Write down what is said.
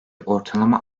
ortalama